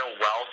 wealth